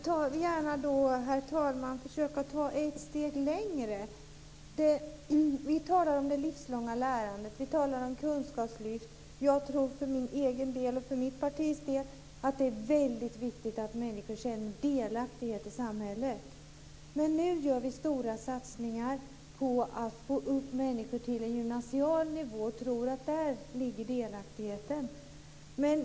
Herr talman! Jag vill gärna försöka ta ett steg längre. Vi talar om det livslånga lärandet. Vi talar om kunskapslyft. Jag tror för min egen del och för mitt partis del att det är väldigt viktigt att människor känner delaktighet i samhället. Nu gör vi stora satsningar på att få upp människor till en gymnasial nivå och tror att där ligger delaktigheten.